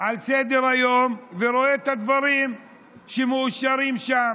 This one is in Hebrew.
על סדר-היום ורואה את הדברים שמאושרים שם.